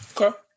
Okay